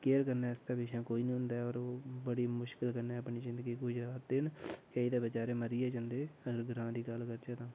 care करने आस्तै पिच्छै कोई नीं होंदा ऐ और ओह् बड़ी मुश्कल कन्नै अपनी जिंदगी गुजारदे न केईं ते बचारे मरी गै जंदे अगर ग्रांऽ दी गल्ल करचै तां